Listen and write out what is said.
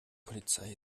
polizei